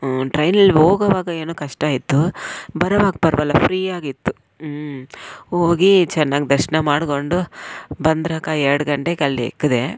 ಹ್ಞೂ ಟ್ರೈನಲ್ಲಿ ಹೋಗೋವಾಗ ಏನೋ ಕಷ್ಟ ಇತ್ತು ಬರೋವಾಗ ಪರವಾಗಿಲ್ಲ ಫ್ರೀಯಾಗಿತ್ತು ಹ್ಞೂ ಹೋಗಿ ಚೆನ್ನಾಗಿ ದರ್ಶನ ಮಾಡಿಕೊಂಡು ಬಂದ್ರಕ್ಕ ಎರ್ಡು ಗಂಟೆಗೆ ಅಲ್ಲಿ ಇಕ್ದೆ